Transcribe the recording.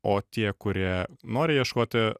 o tie kurie nori ieškoti